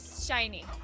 shiny